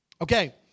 Okay